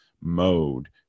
mode